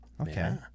Okay